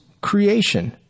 creation